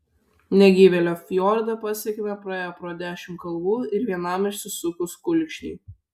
negyvėlio fjordą pasiekėme praėję pro dešimt kalvų ir vienam išsisukus kulkšnį